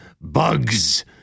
bugs